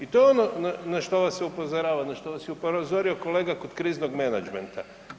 I to je ono na što vas se upozorava, na što vas je upozorio kolega kod kriznog menadžmenta.